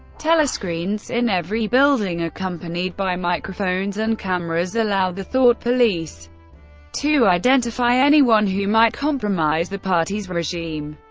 telescreens in every building, accompanied by microphones and cameras, allow the thought police to identify anyone who might compromise the party's regime,